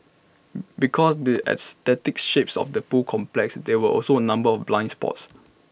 because the aesthetic shapes of the pool complex there were also A number of blind spots